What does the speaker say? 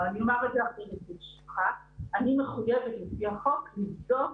לא, ברשותך, אני מחויבת לפי החוק לבדוק